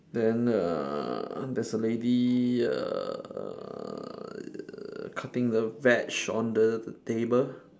then uh there's a lady err cutting the veg on the table